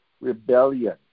rebellion